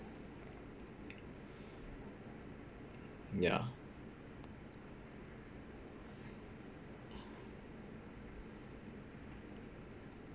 ya